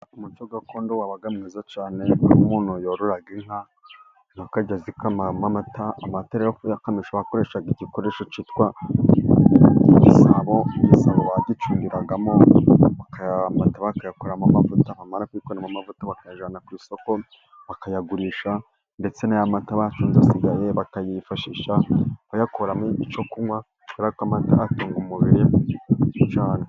Umuco gakondo wabaga mwiza cYane umuntu yororaga inka akajya azikama amata, amata rero kuyakamisha wakoreshaga igikoresho cyitwa igisabo, igisabo bagicundiragamo amata, bakayakuramo amavuta bamara kuyakuramo amavuta bakayajyana ku isoko bakayagurisha, ndetse n'aya mata bacunze asigaye bakayifashisha bayakuramo icyo kunywa kubera ko amata atunga umubiri cyane.